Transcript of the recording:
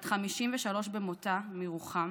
בת 53 במותה, מירוחם,